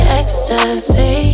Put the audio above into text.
ecstasy